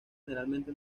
generalmente